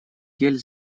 гель